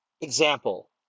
example